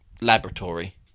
laboratory